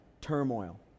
turmoil